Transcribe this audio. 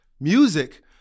music